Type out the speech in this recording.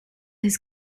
his